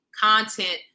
content